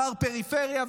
מר פריפריה,